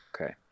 Okay